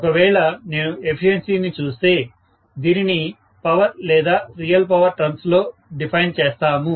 ఒకవేళ నేను ఎఫిషియెన్సీని చూస్తే దీనిని పవర్ లేదా రియల్ పవర్ టర్మ్స్ లో డిఫైన్ చేస్తాము